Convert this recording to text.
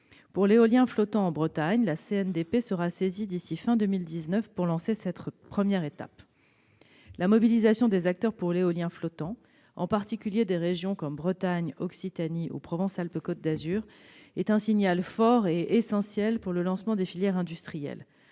Pour l'éolien flottant en Bretagne, la CNDP sera saisie d'ici à la fin de 2019 afin de lancer cette première étape. La mobilisation des acteurs pour l'éolien flottant, en particulier des régions comme la Bretagne, l'Occitanie ou Provence-Alpes-Côte d'Azur, est un signal fort et essentiel pour le lancement des filières industrielles.